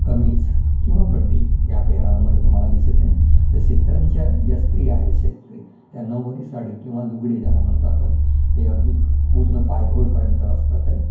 कमीज किंवा बंडी या पेहरावमध्ये तुम्हाला दिसत आहे तर शेतकऱ्यांच्या ज्या स्त्री आहे शेतकरी त्या नऊवारी साडी किंवा लुगडे ज्याला म्हणतो आपण ते अगदी पूर्ण पायघोळपर्यंत असतात आहे